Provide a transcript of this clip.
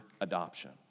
adoption